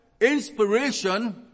inspiration